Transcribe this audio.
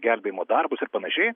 gelbėjimo darbus ir panašiai